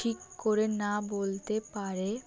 ঠিক করে না বলতে পারে